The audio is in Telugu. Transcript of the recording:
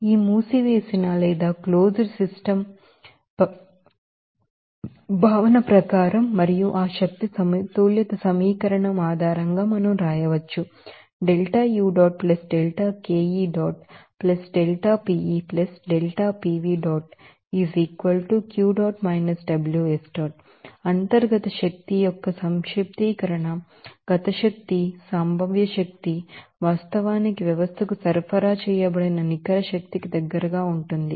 ఈ క్లోస్డ్ సిస్టం కాన్సెప్ట్ ప్రకారం మరియు ఆ ఎనర్జీ బాలన్స్ ఈక్వేషన్ ఆధారంగా మనం వ్రాయవచ్చు summation of internal energy kinetic energy potential energy వాస్తవానికి వ్యవస్థకు సరఫరా చేయబడిన నికర శక్తికి దగ్గరగా ఉంటుంది